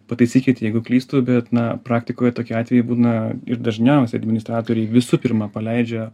pataisykit jeigu klystu bet na praktikoje tokie atvejai būna ir dažniausiai administratoriai visų pirma paleidžia